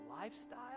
lifestyle